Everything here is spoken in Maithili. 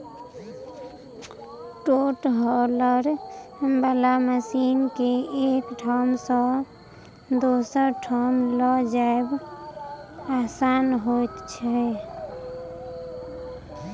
छोट हौलर बला मशीन के एक ठाम सॅ दोसर ठाम ल जायब आसान होइत छै